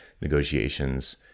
negotiations